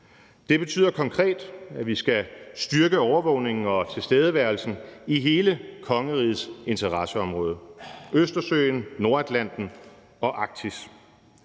Det betyder konkret, at vi skal styrke overvågningen og tilstedeværelsen i hele kongerigets interesseområde, Østersøen, Nordatlanten og Arktis.